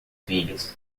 filhos